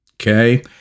Okay